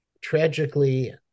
Tragically